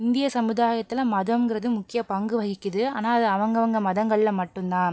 இந்திய சமுதாயத்தில் மதங்கிறது முக்கிய பங்கு வகிக்குது ஆனால் அது அவங்கவங்க மதங்களில் மட்டும்தான்